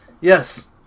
yes